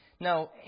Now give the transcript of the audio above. Now